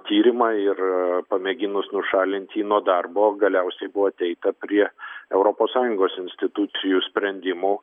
tyrimą ir pamėginus nušalint jį nuo darbo galiausiai buvo ateita prie europos sąjungos institucijų sprendimų